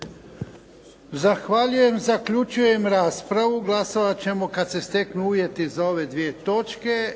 Zahvaljujem. Zaključujem raspravu. Glasovati ćemo kada se steknu uvjeti za ove dvije točke.